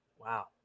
wow